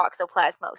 toxoplasmosis